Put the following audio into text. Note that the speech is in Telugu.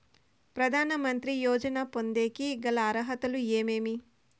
ప్రధాన మంత్రి యోజన పొందేకి గల అర్హతలు ఏమేమి?